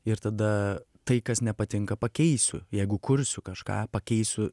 ir tada tai kas nepatinka pakeisiu jeigu kursiu kažką pakeisiu